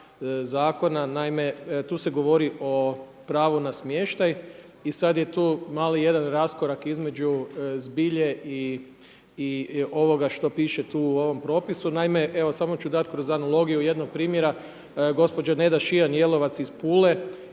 Naime, tu se govori o pravu na smještaj i sad je tu mali jedan raskorak između zbilje i ovoga što piše tu u ovome propisu. Naime, evo samo ću dat kroz analogiju jednog primjera. Gospođa Neda Šijan Jelovac ima